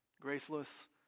Graceless